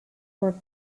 were